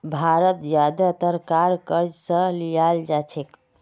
भारत ज्यादातर कार क़र्ज़ स लीयाल जा छेक